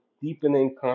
deepening